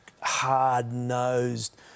hard-nosed